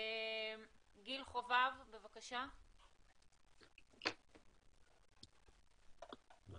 תודה